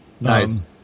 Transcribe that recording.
Nice